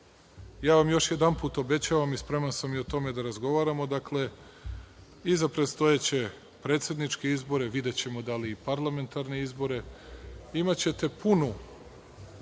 vam još jedanput obećavam i spreman sam o tome da razgovaramo. Dakle, i za predstojeće predsedničke izbore, videćemo da li i parlamentarne izbore. Imaćete punu